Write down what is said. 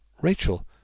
Rachel